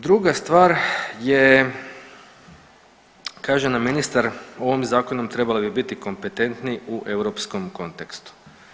Druga stvar je kaže nam ministar ovim zakonom trebali bi biti kompetentni u europskom kontekstu.